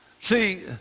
See